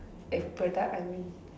எப்படா:eppadaa I mean